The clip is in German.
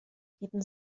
bieten